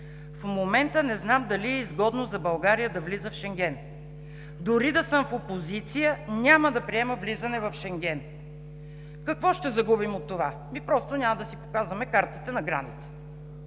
В момента не знам дали е изгодно за България да влиза в Шенген. Дори да съм в опозиция, няма да приема влизане в Шенген. Какво ще загубим от това? Ми просто няма да си показваме картите на границата.“